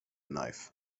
knife